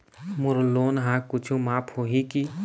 मोर loan हा कुछू माफ होही की?